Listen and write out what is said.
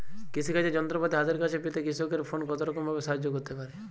কৃষিকাজের যন্ত্রপাতি হাতের কাছে পেতে কৃষকের ফোন কত রকম ভাবে সাহায্য করতে পারে?